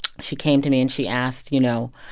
she came to me, and she asked, you know,